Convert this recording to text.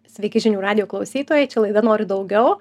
sveiki žinių radijo klausytojai čia laida noriu daugiau